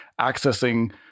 accessing